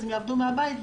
אז הם יעבדו מהבית.